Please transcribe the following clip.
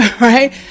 right